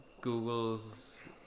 Google's